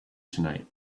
tonight